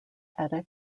complex